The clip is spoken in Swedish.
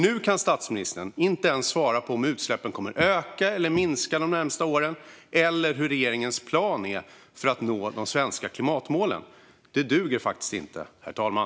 Nu kan statsministern inte ens svara på om utsläppen kommer att öka eller minska de närmaste åren eller hur regeringens plan för att nå de svenska klimatmålen ser ut. Detta duger faktiskt inte, herr talman.